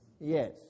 Yes